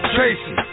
Tracy